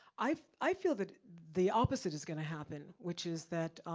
i i feel that the opposite is gonna happen, which is that,